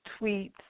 tweets